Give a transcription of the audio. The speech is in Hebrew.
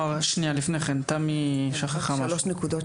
לא, שנייה לפני כן, תמי שכחה משהו.